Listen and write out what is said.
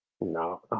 No